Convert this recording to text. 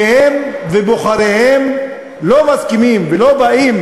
שהם ובוחריהם לא מסכימים ולא באים